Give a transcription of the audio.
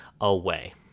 away